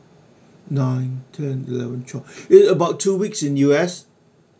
nine ten eleven twelve it's about two weeks in U_S